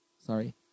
sorry